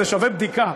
זה שווה בדיקה.